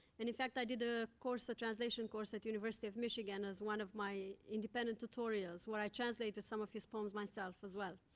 and in fact, i did a course a translation course at university of michigan as one of my independent tutorials, where i translated some of his poems myself, as well.